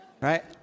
Right